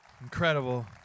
Incredible